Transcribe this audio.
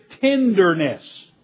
tenderness